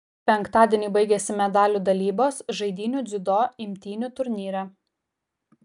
penktadienį baigėsi medalių dalybos žaidynių dziudo imtynių turnyre